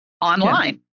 online